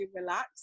relax